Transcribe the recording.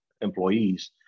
employees